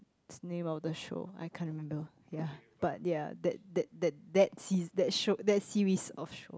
what's the name of the show I can't remember ya but ya that that that that sea~ that show that series of show